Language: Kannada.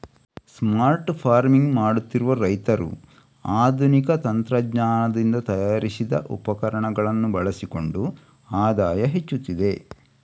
ಸ್ಮಾರ್ಟ್ ಫಾರ್ಮಿಂಗ್ ಮಾಡುತ್ತಿರುವ ರೈತರು ಆಧುನಿಕ ತಂತ್ರಜ್ಞಾನದಿಂದ ತಯಾರಿಸಿದ ಉಪಕರಣಗಳನ್ನು ಬಳಸಿಕೊಂಡು ಆದಾಯ ಹೆಚ್ಚುತ್ತಿದೆ